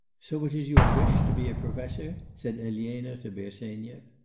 so it is your wish to be a professor said elena to bersenyev.